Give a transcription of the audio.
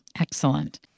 Excellent